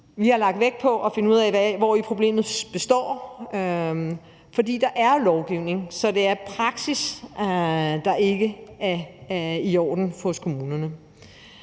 Vi har lagt vægt på at finde ud af, hvori problemet består, for der er lovgivning på området, så det er praksis hos kommunerne,